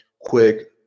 quick